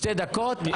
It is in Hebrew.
אבל שתי דקות.